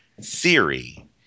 theory